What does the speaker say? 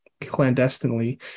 clandestinely